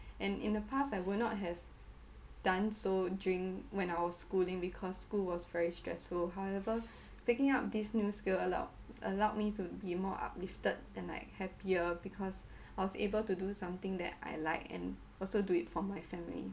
and in the past I would not have done so during when I was schooling because school was very stressful however picking up this new skill allowed allowed me to be more uplifted and like happier because I was able to do something that I like and also do it for my family